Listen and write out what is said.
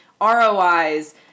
ROIs